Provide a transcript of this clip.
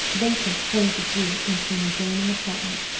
vincent hurried the jew into an adjoining apartment,